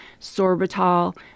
Sorbitol